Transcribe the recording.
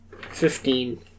Fifteen